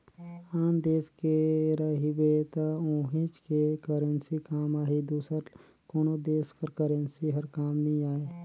आन देस गे रहिबे त उहींच के करेंसी काम आही दूसर कोनो देस कर करेंसी हर काम नी आए